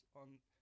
on